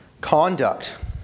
conduct